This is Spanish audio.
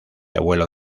abuelo